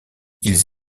ils